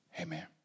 Amen